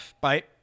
Bye